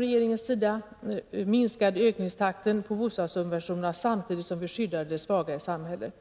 Regeringen minskade ökningstakten på bostadssubventionerna samtidigt som vi skyddade de svaga i samhället.